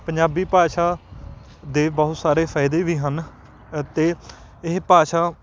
ਪੰਜਾਬੀ ਭਾਸ਼ਾ ਦੇ ਬਹੁਤ ਸਾਰੇ ਫਾਇਦੇ ਵੀ ਹਨ ਅਤੇ ਇਹ ਭਾਸ਼ਾ